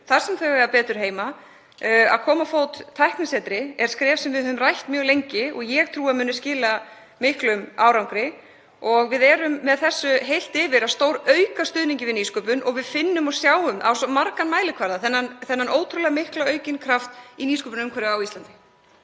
þar sem þau eiga betur heima. Að koma á fót tæknisetri er skref sem við höfum rætt mjög lengi og ég trúi að muni skila miklum árangri. Við erum með þessu heilt yfir að stórauka stuðning við nýsköpun (Forseti hringir.) og við finnum og sjáum á svo marga mælikvarða þennan ótrúlega mikla aukna kraft í nýsköpunarumhverfi á Íslandi.